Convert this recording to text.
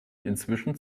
inzwischen